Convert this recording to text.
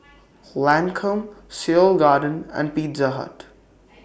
Lancome Seoul Garden and Pizza Hut